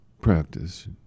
practice